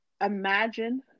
imagine